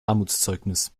armutszeugnis